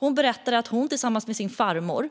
Hon och hennes farmor